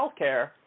healthcare